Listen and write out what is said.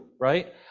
right